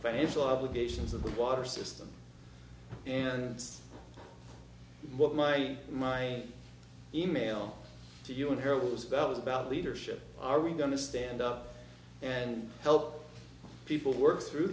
financial obligations of the water system and what my my email to you in heroes was about leadership are we going to stand up and help people work through